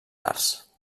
arts